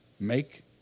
Make